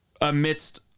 amidst